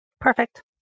Perfect